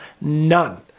None